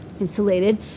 insulated